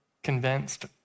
convinced